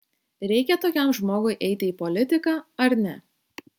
reikia tokiam žmogui eiti į politiką ar ne